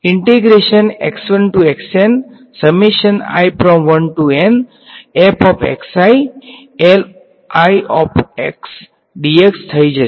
તેથી તે થઈ જશે